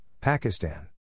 Pakistan